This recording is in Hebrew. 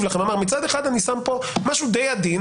לכם ואמר: מצד אחד אני שם פה משהו די עדין,